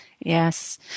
Yes